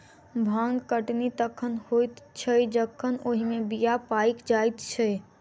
भांग कटनी तखन होइत छै जखन ओहि मे बीया पाइक जाइत छै